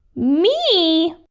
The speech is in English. me?